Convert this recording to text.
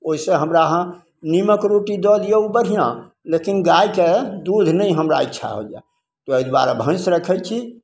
ओइसँ हमरा अहाँ निमक रोटी दऽ दियौ उ बढ़िआँ लेकिन गायके दूध हमरा नहि इच्छा होइए तै दुआरे भैंस रखय छी